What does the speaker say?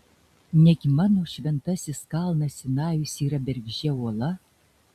negi mano šventasis kalnas sinajus yra bergždžia uola